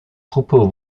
gruppe